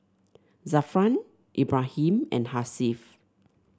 Zafran Ibrahim and Hasif